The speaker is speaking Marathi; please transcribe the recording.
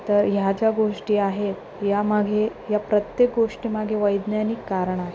तर ह्या ज्या गोष्टी आहेत यामागे या प्रत्येक गोष्टींमागे वैज्ञानिक कारण आहे